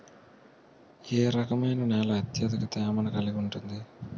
ఏ రకమైన నేల అత్యధిక తేమను కలిగి ఉంటుంది?